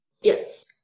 Yes